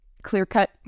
clear-cut